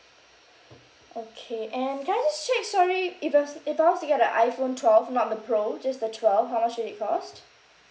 okay and can I just check sorry if it was if I was to get the iphone twelve not the pro just the twelve how much will it cost